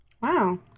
Wow